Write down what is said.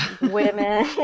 women